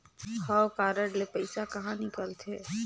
हव कारड ले पइसा कहा निकलथे?